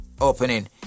opening